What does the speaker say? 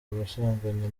ubusambanyi